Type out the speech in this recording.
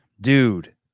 Dude